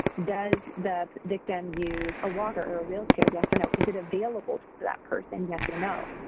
does the victim use a walker or a wheelchair, yes or no? is it available to that person yes or no?